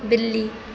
بلی